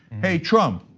hey, trump.